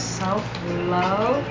self-love